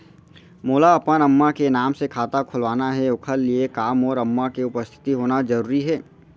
मोला अपन अम्मा के नाम से खाता खोलवाना हे ओखर लिए का मोर अम्मा के उपस्थित होना जरूरी हे?